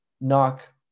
knock